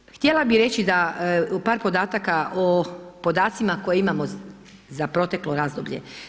Dakle, htjela bi reći da u par podataka o podacima koje imamo za proteklo razdoblje.